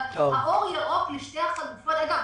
אבל האור הירוק לשתי החלופות אגב,